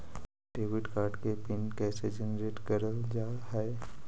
Debit card के pin कैसे generate करल जाहै?